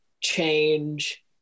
change